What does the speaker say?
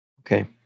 Okay